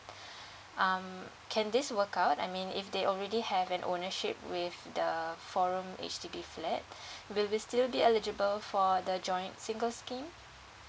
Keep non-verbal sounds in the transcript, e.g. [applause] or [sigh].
[breath] um can this work out I mean if they already have an ownership with the four room H_D_B flat will we still be eligible for the joint singles scheme